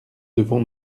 devons